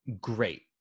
great